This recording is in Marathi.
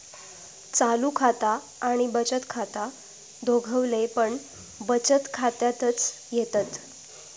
चालू खाता आणि बचत खाता दोघवले पण बचत खात्यातच येतत